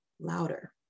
louder